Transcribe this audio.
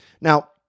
Now